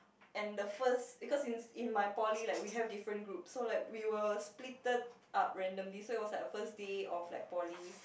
and the first because in in my poly like we have different groups so like we were splitted up randomly so it was like our first day of like poly